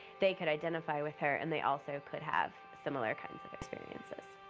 they could identify with her, and they also could have similar kinds of experiences.